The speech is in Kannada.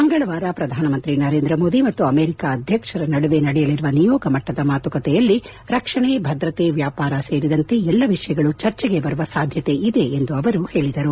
ಮಂಗಳವಾರ ಪ್ರಧಾನಮಂತ್ರಿ ನರೇಂದ್ರ ಮೋದಿ ಮತ್ತು ಅಮೆರಿಕ ಅಧ್ಯಕ್ಷರೊಂದಿಗೆ ನಡೆಯಲಿರುವ ನಿಯೋಗ ಮಟ್ಟದ ಮಾತುಕತೆಯಲ್ಲಿ ರಕ್ಷಣೆ ಭದ್ರತೆ ವ್ಯಾಪಾರ ಸೇರಿದಂತೆ ಎಲ್ಲಾ ವಿಷಯಗಳು ಚರ್ಚೆಗೆ ಬರುವ ಸಾಧ್ಯತೆಯಿದೆ ಎಂದು ಅವರು ಹೇಳಿದರು